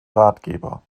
ratgeber